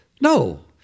no